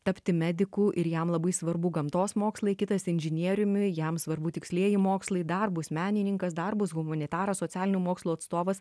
tapti mediku ir jam labai svarbu gamtos mokslai kitas inžinieriumi jam svarbu tikslieji mokslai dar bus menininkas dar bus humanitaras socialinių mokslų atstovas